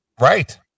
Right